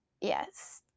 yes